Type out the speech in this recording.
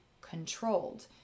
controlled